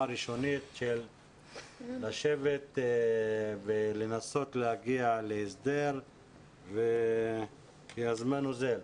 הראשונית לשבת ולנסות להגיע להסדר כי הזמן אוזל.